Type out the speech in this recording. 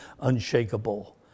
unshakable